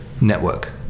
Network